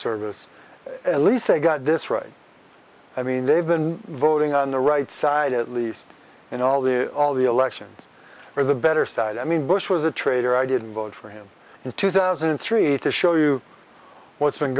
service at least they got this right i mean they've been voting on the right side at least you know all the all the elections for the better side i mean bush was a traitor i didn't vote for him in two thousand and three to show you what's been